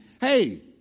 Hey